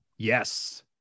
Yes